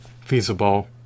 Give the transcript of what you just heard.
feasible